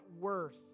worth